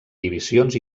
divisions